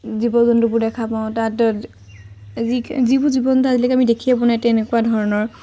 জীৱ জন্তুবোৰ দেখা পাওঁ তাত যিবোৰ জীৱ জন্তু আজিলেকে আমি দেখিয়ে পোৱা নাই তেনেকুৱা ধৰণৰ